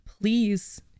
Please